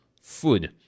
food